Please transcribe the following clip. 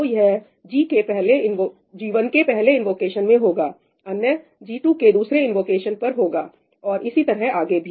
तो यह g1 के पहले इन्वोकेशन में होगा अन्य g2 के दूसरे इन्वोकेशन पर होगा और इसी तरह आगे भी